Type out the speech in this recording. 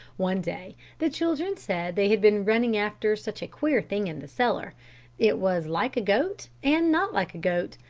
one day the children said they had been running after such a queer thing in the cellar it was like a goat, and not like a goat,